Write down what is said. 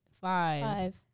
Five